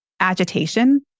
agitation